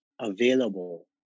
available